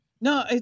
No